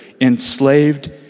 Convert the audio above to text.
enslaved